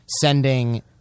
sending